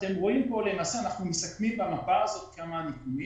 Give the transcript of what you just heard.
אנחנו מסכמים במפה הזאת כמה נתונים.